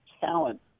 talent